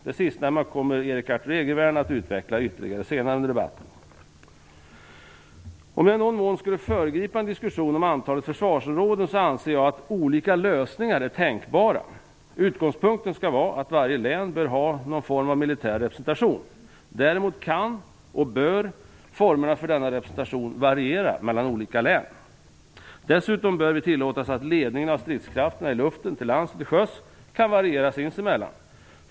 Det sistnämnda kommer Erik Arthur Egervärn att utveckla ytterligare senare under debatten. Om jag i någon mån skall föregripa en diskussion om antalet försvarsområden anser jag att olika lösningar är tänkbara. Utgångspunkten skall vara att varje län bör ha någon form av militär representation. Däremot kan - och bör - formerna för denna representation variera mellan olika län. Dessutom bör vi tillåta oss att ledningen av stridskrafterna i luften, till lands och till sjöss kan variera sinsemellan.